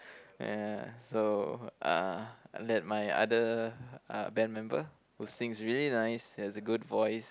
ya so uh I let my other uh band member who sings really nice he has a good voice